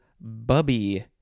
bubby